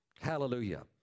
Hallelujah